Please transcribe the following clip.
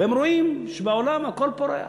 והם רואים שבעולם הכול פורח,